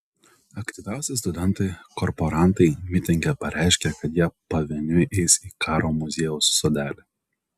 aktyviausi studentai korporantai mitinge pareiškė kad jie pavieniui eis į karo muziejaus sodelį